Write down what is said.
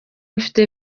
mfite